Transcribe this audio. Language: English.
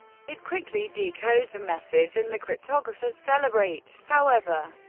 it quickly decodes a message and the cryptographers celebrate however,